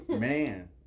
man